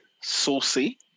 saucy